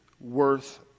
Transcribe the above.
worth